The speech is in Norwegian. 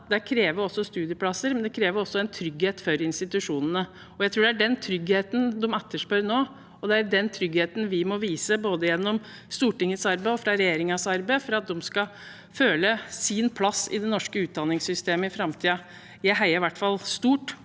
krever studieplasser, og det krever en trygghet for institusjonene. Jeg tror det er den tryggheten de etterspør nå, og det er den tryggheten vi må vise gjennom både Stortingets og regjeringens arbeid for at de skal kjenne sin plass i det norske utdanningssystemet i framtiden. Jeg heier i hvert fall stort